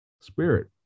spirit